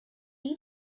you